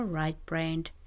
right-brained